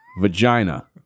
vagina